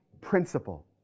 principle